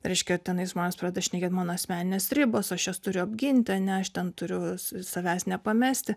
reiškia tenais žmonės pradeda šnekėt mano asmeninės ribos aš jas turiu apginti ane aš ten turiu savęs nepamesti